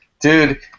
Dude